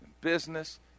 business